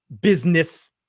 business